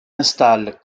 installe